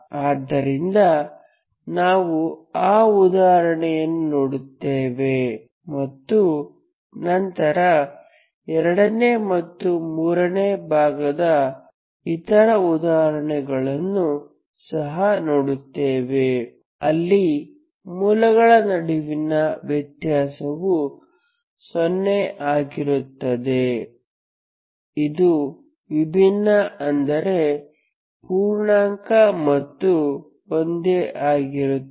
ಆದ್ದರಿಂದ ನಾವು ಆ ಉದಾಹರಣೆಯನ್ನು ನೋಡುತ್ತೇವೆ ಮತ್ತು ನಂತರ 2 ನೇ ಮತ್ತು 3 ನೇ ಭಾಗದ ಇತರ ಉದಾಹರಣೆಗಳನ್ನು ಸಹ ನೋಡುತ್ತೇವೆ ಅಲ್ಲಿ ಮೂಲಗಳ ನಡುವಿನ ವ್ಯತ್ಯಾಸವು 0 ಆಗಿರುತ್ತದೆ ಇದು ವಿಭಿನ್ನ ಆದರೆ ಪೂರ್ಣಾಂಕ ಮತ್ತು ಒಂದೇ ಆಗಿರುತ್ತದೆ